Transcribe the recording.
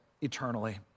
eternally